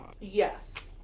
yes